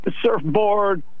surfboard